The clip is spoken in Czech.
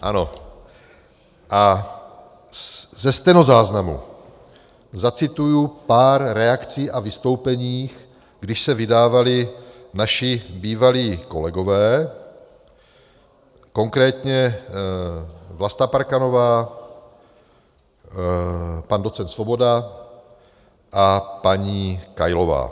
Ano, a ze stenozáznamu zacituji pár reakcí a vystoupení, když se vydávali naši bývalí kolegové, konkrétně Vlasta Parkanová, pan docent Svoboda a paní Kailová.